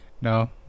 No